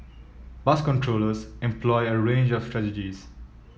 bus controllers employ a range of strategies